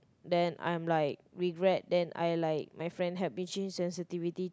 then I'm like regret then I like my friend help me change sensitivity